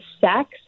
sex